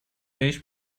بهش